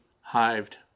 hived